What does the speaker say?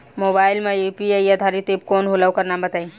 Mobile म UPI आधारित app कौन होला ओकर नाम बताईं?